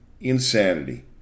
insanity